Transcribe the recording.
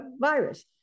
virus